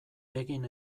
egin